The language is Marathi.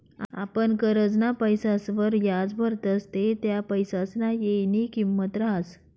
आपण करजंना पैसासवर याज भरतस ते त्या पैसासना येयनी किंमत रहास